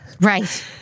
Right